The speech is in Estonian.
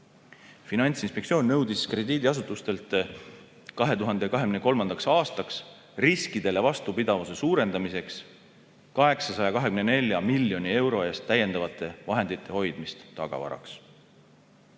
Finantsinspektsioon nõudis krediidiasutustelt 2023. aastaks riskidele vastupidavuse suurendamiseks 824 miljoni euro eest täiendavate vahendite hoidmist tagavaraks.